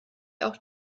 auch